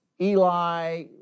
Eli